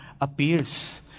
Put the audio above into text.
appears